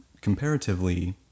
comparatively